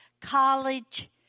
college